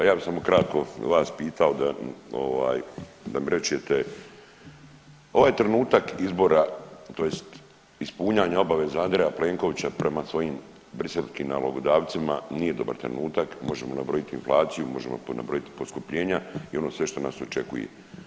Ja bih samo kratko vas pitao da ovaj, da mi rečete, ovaj trenutak izbora, tj. ispunjavanja obveza Andreja Plenkovića prema svojim briselskim nalogodavcima, nije dobar trenutak, možemo nabrojati inflaciju, možemo nabrojati poskupljenja i ono sve što nas očekuje.